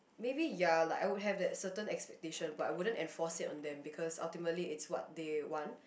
maybe ya like I would have that certain expectation but I wouldn't enforce it on them because ultimately it's what they want